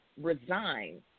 resigned